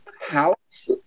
House